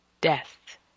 death